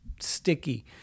sticky